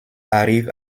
arrive